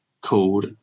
called